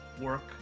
work